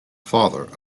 father